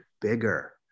bigger